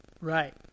Right